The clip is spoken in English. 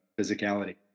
physicality